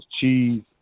Cheese